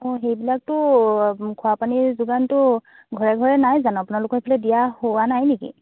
অঁ সেইবিলাকতো খোৱা পানীৰ যোগানটো ঘৰে ঘৰে নাই জানো আপোনালোকৰ ফালে দিয়া হোৱা নাই নেকি